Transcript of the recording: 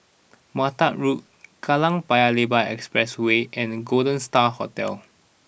Mattar Road Kallang Paya Lebar Expressway and Golden Star Hotel